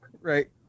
Right